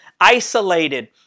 isolated